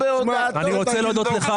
אני רוצה להודות לך,